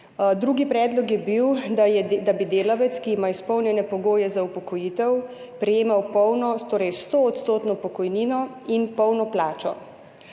Drugi predlog je bil, da bi delavec, ki ima izpolnjene pogoje za upokojitev, prejemal polno, torej 100-odstotno pokojnino in polno plačo.